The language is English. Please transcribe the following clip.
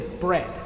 bread